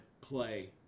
play